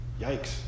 Yikes